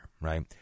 Right